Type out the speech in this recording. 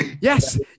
Yes